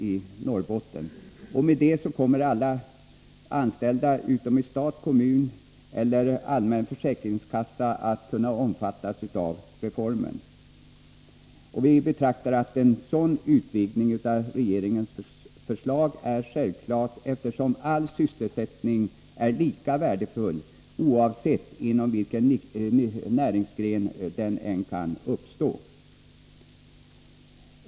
Därmed kommer alla anställda utom de i stat, kommun eller allmän försäkringskassa att kunna omfattas av reformen. Vi betraktar en sådan utvidgning av regeringens förslag som självklar, eftersom all sysselsättning är lika värdefull oavsett inom vilken näringsgren den kan uppstå.